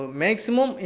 maximum